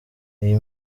iyi